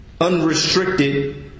unrestricted